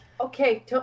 okay